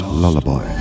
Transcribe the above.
lullaby